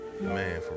Man